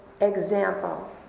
example